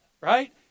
Right